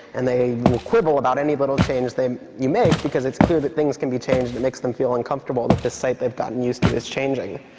and they will quibble about any little change that you make because it's clear that things can be changed. it makes them feel uncomfortable that this site they've gotten used to is changing.